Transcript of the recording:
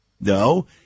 no